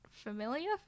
familiar